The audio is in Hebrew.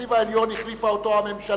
הנציב העליון, החליפה אותו הממשלה,